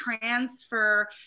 transfer